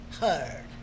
heard